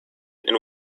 and